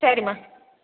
சரிம்மா